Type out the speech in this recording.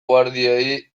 guardiei